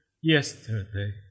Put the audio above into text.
yesterday